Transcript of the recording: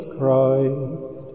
Christ